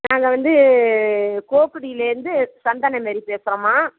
நாங்கள் வந்து குவாக்குடிலேர்ந்து சந்தனமேரி பேசுகிறோம்மா